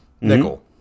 Nickel